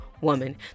woman